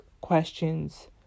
questions